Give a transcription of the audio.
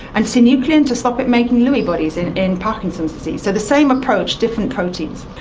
and synuclein to stop it making lewy bodies in in parkinson's disease. so the same approach, different proteins.